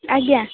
ଆଜ୍ଞା